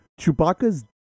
Chewbacca's